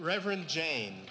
reverend jane